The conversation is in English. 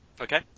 Okay